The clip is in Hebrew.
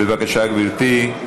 בבקשה, גברתי.